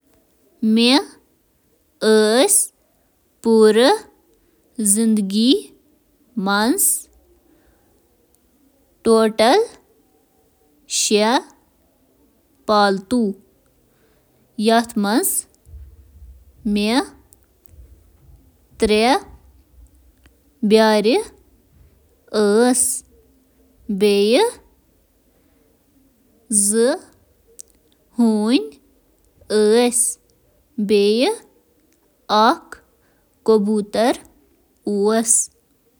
بیٛارٮ۪ن تہٕ ہونٮ۪ن پٮ۪ٹھٕ گاڈٕ تہٕ سۄرپھ تام چھِ ہتہٕ بٔدۍ مُختٔلِف جانور پالتو جانورن ہٕنٛدۍ پٲٹھۍ تھاونہٕ یِوان۔ پالتو جانورن ہٕنٛدۍ کینٛہہ نسلہٕ یِمَن مُتعلِق تۄہہِ شایَد بوٗزمُت چھُو، ییٚلہِ زَن باقٕے زِیٛادٕ